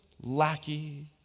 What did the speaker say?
lackey